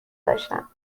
داشتم